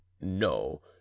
no